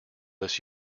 this